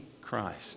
Christ